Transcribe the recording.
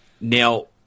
now